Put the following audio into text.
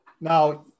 now